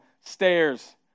stairs